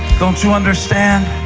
don't you understand